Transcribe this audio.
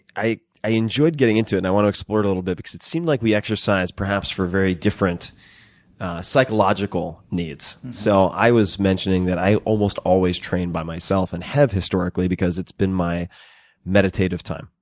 i i enjoyed getting into it, and i want to explore it a little bit, because it seemed like we exercise perhaps for very different psychological needs. so i was mentioning that i almost always train by myself and have historically, because it's been my meditative time,